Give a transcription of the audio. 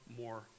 more